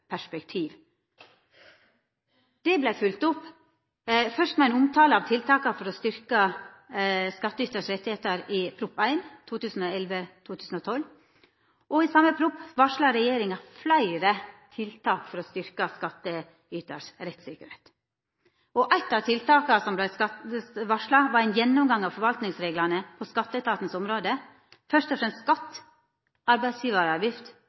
følgt opp, først med ein omtale av tiltaka for å styrkja skattytars rettigheiter i Prop. 1 for 2011–2012. I same proposisjon varsla regjeringa fleire tiltak for å styrkja skattytars rettsikkerheit. Eit av tiltaka som vart varsla, var ein gjennomgang av forvaltningsreglane på skatteetatens område, først og fremst for skatt, arbeidsgjevaravgift